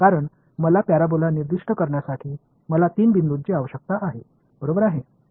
कारण मला पॅराबोला निर्दिष्ट करण्यासाठी मला तीन बिंदूची आवश्यकता आहे बरोबर आहे